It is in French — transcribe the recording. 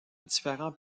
différents